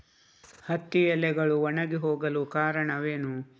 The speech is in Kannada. ಹತ್ತಿ ಎಲೆಗಳು ಒಣಗಿ ಹೋಗಲು ಕಾರಣವೇನು?